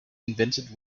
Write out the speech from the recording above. invented